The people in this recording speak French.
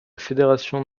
fédération